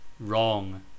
Wrong